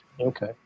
Okay